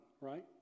right